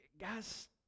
Guys